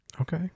Okay